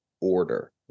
order